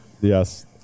Yes